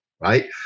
right